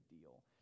deal